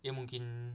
dia mungkin